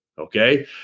okay